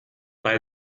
bei